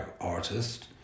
artist